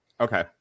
okay